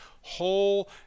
whole